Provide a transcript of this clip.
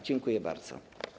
Dziękuję bardzo.